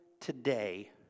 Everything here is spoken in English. today